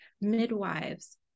midwives